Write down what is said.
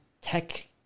tech